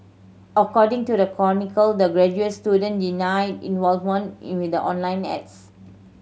according to the chronicle the graduate student denied involvement in with the online ads